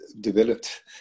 developed